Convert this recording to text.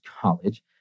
College